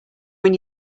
when